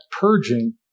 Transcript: purging